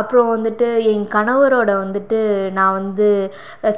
அப்புறம் வந்துட்டு என் கணவரோடய வந்துட்டு நான் வந்து